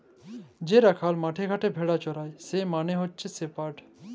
যে রাখাল মাঠে ঘাটে ভেড়া চরাই সে মালে হচ্যে শেপার্ড